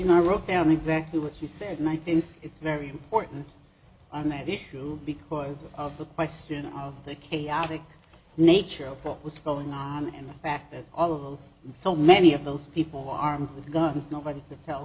know i wrote down exactly what you said and i think it's very important on that issue because of the question of the chaotic nature of what's going on and the fact that all of us so many of those people armed with guns nobody to